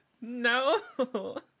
No